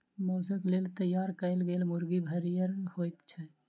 मौसक लेल तैयार कयल गेल मुर्गी भरिगर होइत छै